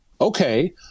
Okay